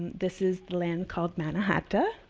this is the land called manna-hata.